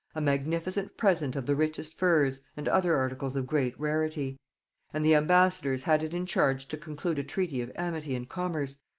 a magnificent present of the richest furs, and other articles of great rarity and the ambassadors had it in charge to conclude a treaty of amity and commerce,